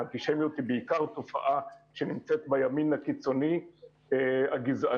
האנטישמיות זו בעיקר תופעה שנמצאת בימין הקיצוני הגזעני,